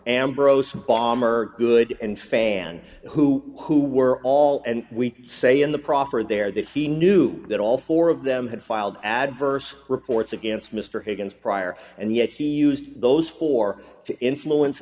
ambrose bomber good and fan who who were all and we say in the proffer there that he knew that all four of them had filed adverse reports against mr hagan's prior and yet he used those four to influence